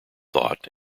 thought